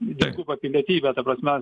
dvigubą pilietybę ta prasme